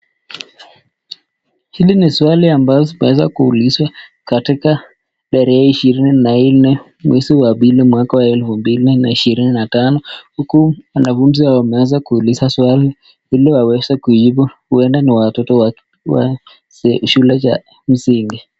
Hili ni swali ambalo limeweza kuuliwa katika tarehe 24/2/2025, huku wanafunzi wameweza kuuliza swali iliwaweze kujibu uenda ni watoto wa shule ya msingi.